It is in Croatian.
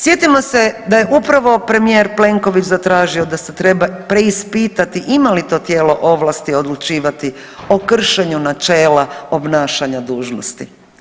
Sjetimo se da je upravo premije Plenković zatražio da se treba preispitati ima li to tijelo ovlasti odlučivati o kršenju načela obnašanja dužnosti.